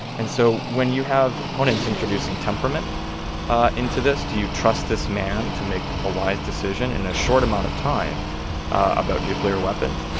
and so when you have opponents introducing temperament into this, do you trust this man to make a wise decision and in a short amount of time about nuclear weapons?